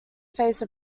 face